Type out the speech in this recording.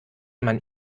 man